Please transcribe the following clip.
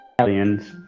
Aliens